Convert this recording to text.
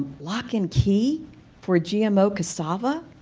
lock and key for gmo cassava,